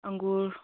ꯑꯪꯒꯨꯔ